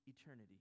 eternity